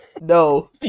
no